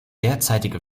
derzeitige